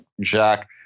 Jack